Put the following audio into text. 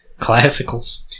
Classicals